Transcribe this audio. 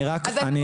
אבל אני רק --- רגע,